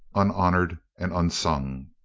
unhonored, and unsung.